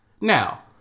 Now